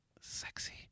sexy